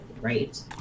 Right